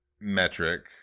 metric